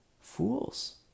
Fools